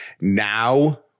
Now